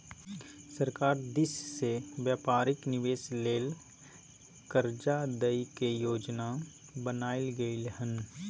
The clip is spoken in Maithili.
सरकार दिश से व्यापारिक निवेश लेल कर्जा दइ के योजना बनाएल गेलइ हन